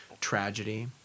tragedy